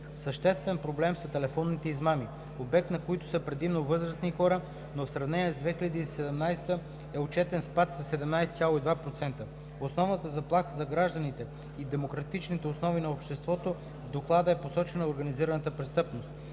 Съществен проблем са телефонните измами, обект на които са предимно възрастни хора, но в сравнение с 2017 г. е отчетен спад със 17,2%. Основна заплаха за гражданите и демократичните основи на обществото в Доклада е посочена организираната престъпност.